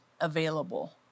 available